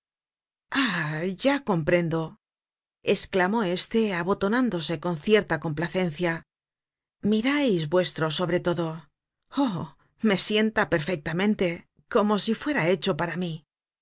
ah ya comprendo eslamó éste abotonándose con cierta complacencia mirais vuestro sobretodo oh me sienta perfectamente como si fuera hecho para mí